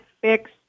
fix